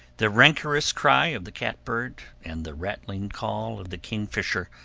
the rancorous cry of the catbird, and the rattling call of the kingfisher,